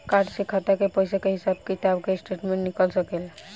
Card से खाता के पइसा के हिसाब किताब के स्टेटमेंट निकल सकेलऽ?